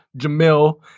Jamil